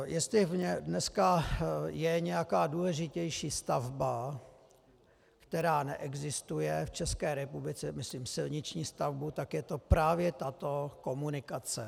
Jestli dneska je nějaká důležitější stavba, která neexistuje v České republice, myslím silniční stavbu, tak je to právě tato komunikace.